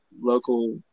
local